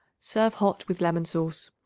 serve hot with lemon sauce.